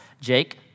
Jake